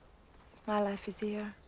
my life is here,